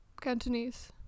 Cantonese